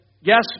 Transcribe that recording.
yes